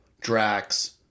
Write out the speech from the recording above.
Drax